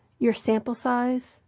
your sample size,